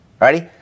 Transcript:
Ready